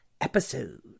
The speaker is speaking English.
episode